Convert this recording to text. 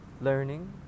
learning